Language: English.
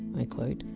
i quote!